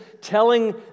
telling